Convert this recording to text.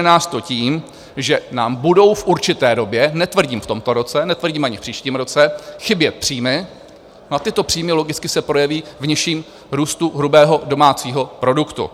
Dožene nás to tím, že nám budou v určité době, netvrdím v tomto roce, netvrdím ani v příštím roce, chybět příjmy, no a tyto příjmy se logicky projeví v nižším růstu hrubého domácího produktu.